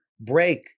break